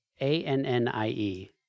A-N-N-I-E